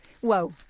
Whoa